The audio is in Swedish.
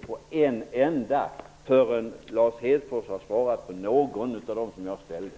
på en enda fråga till innan Lars Hedfors svarar på någon av de frågor som jag ställde.